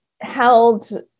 Held